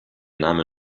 name